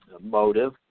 motive